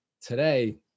today